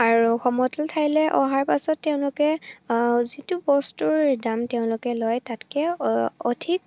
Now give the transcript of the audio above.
আৰু সমতল ঠাইলৈ অহাৰ পাছত তেওঁলোকে যিটো বস্তুৰ দাম তেওঁলোকে লয় তাতকৈ অধিক